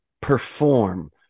perform